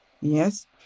Yes